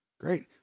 Great